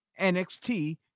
NXT